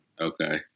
Okay